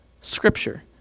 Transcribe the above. scripture